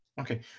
okay